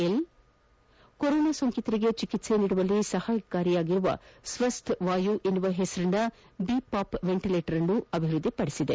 L corona ಸೋಂಕಿತರಿಗೆ ಚೆಕಿತ್ಸೆ ನೀಡುವಲ್ಲಿ ಸಹಾಯಕಾರಿಯಾಗುವ ಸ್ವಾಸ್ಡ್ ವಾಯು ಎಂಬ ಹೆಸರಿನ ಬಿಪಾಪ್ ವೆಂಟಿಲೇಟರನ್ನು ಅಭಿವ್ಬದ್ದಿಪದಿಸಿದೆ